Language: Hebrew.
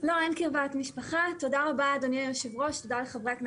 אבל לפי מה אני מבינה לא היה משא ומתן